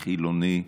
חילוני,